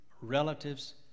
relatives